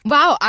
Wow